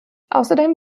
außerdem